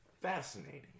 fascinating